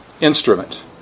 instrument